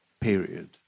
period